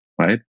right